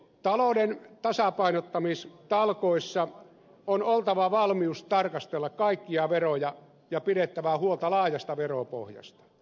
talouden tasapainottamistalkoissa on oltava valmius tarkastella kaikkia veroja ja pidettävä huolta laajasta veropohjasta